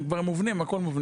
הם כבר מובנים, הכל מובנה.